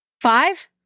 Five